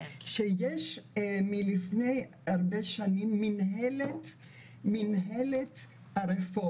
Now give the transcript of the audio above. שיש מלפני הרבה שנים מינהלת הרפורמה,